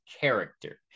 character